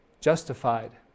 justified